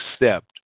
accept